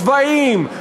צבאיים,